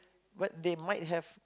but they might have